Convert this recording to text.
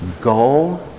go